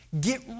Get